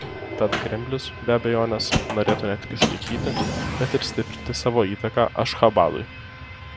tad kremlius be abejonės norėtų ne tik išlaikyti bet ir stiprinti savo įtaką ašchabadui